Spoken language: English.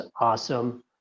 awesome